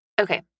Okay